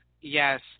yes